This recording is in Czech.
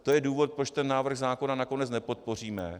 To je důvod, proč návrh zákona nakonec nepodpoříme.